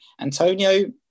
Antonio